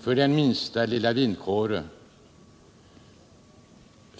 för den minsta lilla vindkåre.